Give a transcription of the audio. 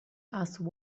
asked